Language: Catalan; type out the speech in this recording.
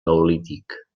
neolític